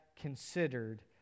considered